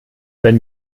wenn